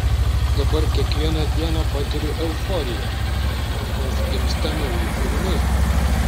dabar kiekvieną dieną patiriu euforiją nes gimsta nauji kūriniai